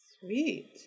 sweet